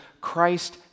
Christ